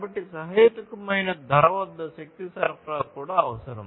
కాబట్టి సహేతుకమైన ధర వద్ద శక్తి సరఫరా కూడా అవసరం